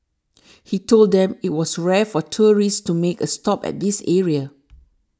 he told them it was rare for tourists to make a stop at this area